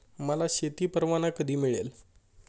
मला शेती परवाना कधी मिळेल?